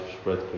spread